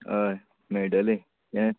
हय मेळटली यें